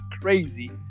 crazy